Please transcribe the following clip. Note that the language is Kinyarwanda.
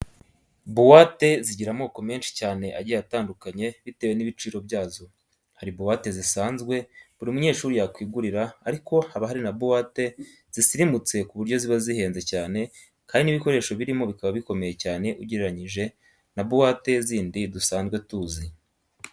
Buwate zigira amoko menshi cyane agiye atandukanye bitewe n'ibiciro byazo. Hari buwate zisanzwe buri munyeshuri yakwigurira ariko haba hari na buwate zisirimutse ku buryo ziba zihenze cyane kandi n'ibikoresho birimo bikaba bikomeye cyane ugereranyije na buwate zindi dusanzwe tuzi.